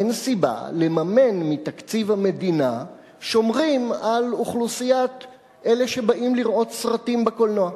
אין סיבה לממן מתקציב המדינה שומרים על אלה שבאים לראות סרטים בקולנוע.